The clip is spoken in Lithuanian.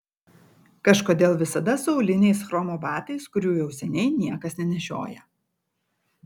kažkodėl visada su auliniais chromo batais kurių jau seniai niekas nenešioja